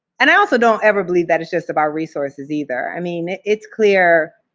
and i also don't ever believe that it's just about resources either. i mean, it's clear